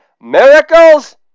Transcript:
miracles